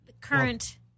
current